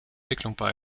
entwicklung